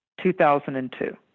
2002